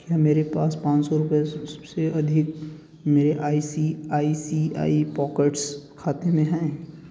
क्या मेरे पास पाँच सौ रुपये से अधिक मेरे I C I C I pockets खाते में हैं